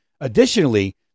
Additionally